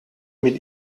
mit